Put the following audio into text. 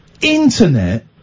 internet